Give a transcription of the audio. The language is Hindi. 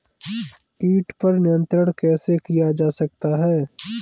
कीट पर नियंत्रण कैसे किया जा सकता है?